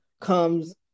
comes